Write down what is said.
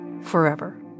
forever